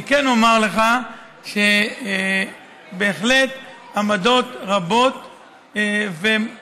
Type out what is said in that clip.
אני כן אומר לך שבהחלט עמדות רבות ומוצבים